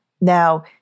Now